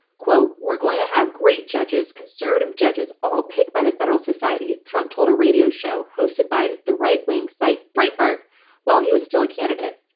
we're going to have great judges, conservative judges, all picked by the federal society trump told a radio show, hosted by the right wing site breitbart while he was still a candidate.